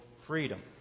freedom